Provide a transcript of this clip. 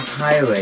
highway